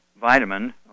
vitamin